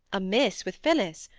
amiss with phillis!